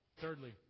Thirdly